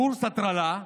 קורס הטרלה,